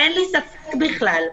אין לי ספק בכלל,